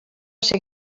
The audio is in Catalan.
ser